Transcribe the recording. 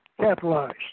capitalized